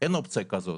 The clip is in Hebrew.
אין אופציה כזאת.